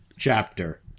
chapter